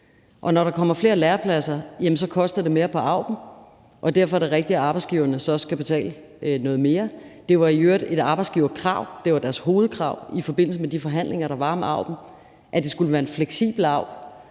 Og når der kommer flere lærepladser, jamen så koster det mere på AUB'en, og derfor er det rigtigt, at arbejdsgiverne så skal betale noget mere. Det var i øvrigt et arbejdsgiverkrav, deres hovedkrav, i forbindelse med de forhandlinger, der var om AUB'en, at det skulle være en fleksibel AUB,